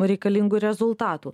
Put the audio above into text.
reikalingų rezultatų